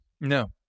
No